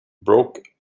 broke